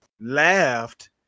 laughed